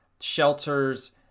shelters